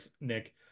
Nick